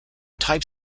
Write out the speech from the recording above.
type